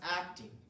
acting